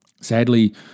Sadly